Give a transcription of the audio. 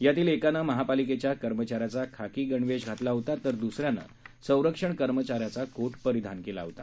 यातील एकानं महापालिकेच्या कर्मचाऱ्याचा खाकी गणवेश घातला होता तर द्सऱ्यानं संरक्षण कर्मचाऱ्याचा कोट परिधान केला होता